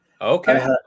okay